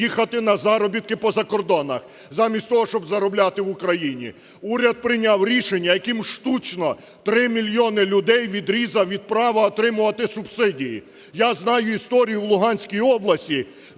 їхати на заробітки по закордонах замість того, щоб заробляти в Україні. Уряд прийняв рішення, яким штучно 3 мільйони людей відрізав від права отримувати субсидії. Я знаю історію в Луганській області,